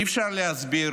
אי-אפשר להסביר